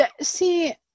See